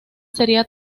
sería